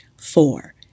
Four